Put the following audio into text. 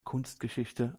kunstgeschichte